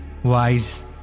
wise